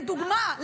לדוגמה,